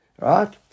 Right